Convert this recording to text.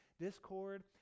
discord